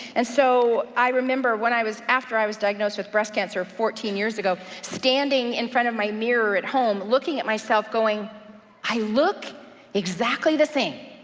and so i remember when i was, after i was diagnosed with breast cancer fourteen years ago, standing in front of my mirror at home, looking at myself going i look exactly the same.